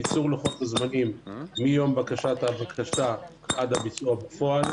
קיצור לוחות הזמנים מיום בקשת הבקשה עד הביצוע בפועל,